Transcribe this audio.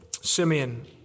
Simeon